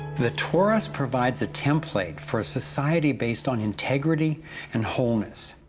the torus provides a template for a society based on integrity and wholeness.